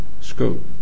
scope